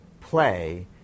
play